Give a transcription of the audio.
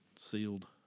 sealed